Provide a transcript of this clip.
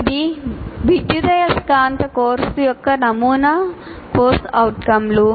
ఇది విద్యుదయస్కాంత కోర్సు యొక్క నమూనా CO లు